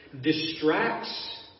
distracts